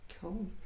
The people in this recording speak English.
Cool